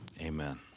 Amen